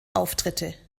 auftritte